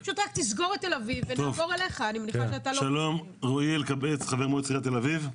שלום, אני רועי אלקבץ, חבר מועצת עיריית תל אביב.